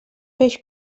peix